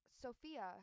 Sophia